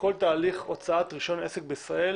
שכל תהליך הוצאת רישיון עסק בישראל